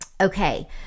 Okay